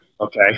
okay